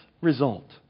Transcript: result